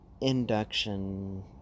induction